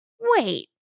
wait